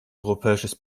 europäisches